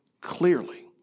clearly